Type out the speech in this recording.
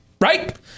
Right